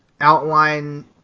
outline